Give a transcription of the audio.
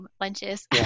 lunches